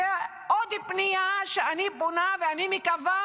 זאת עוד פנייה שאני פונה, ואני ממש מקווה